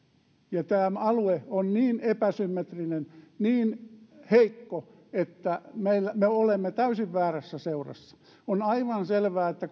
tämä alue on niin epäsymmetrinen niin heikko että me olemme täysin väärässä seurassa on aivan selvää että